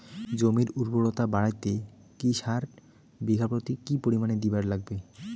জমির উর্বরতা বাড়াইতে কি সার বিঘা প্রতি কি পরিমাণে দিবার লাগবে?